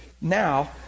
now